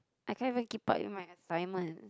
I cannot even keep up with my assignment